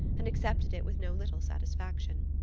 and accepted it with no little satisfaction.